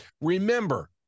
Remember